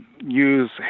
use